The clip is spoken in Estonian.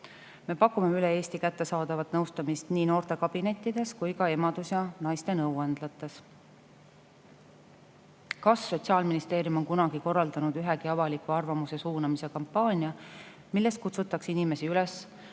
Me pakume üle Eesti kättesaadavat nõustamist nii noortekabinettides kui ka emadus- ja naistenõuandlates. "Kas Sotsiaalministeerium on kunagi korraldanud ühegi avaliku arvamuse suunamise kampaania, milles kutsutaks inimesi üles